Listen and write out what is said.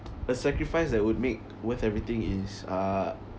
a sacrifice that would make worth everything is uh